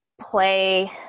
play